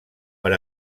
per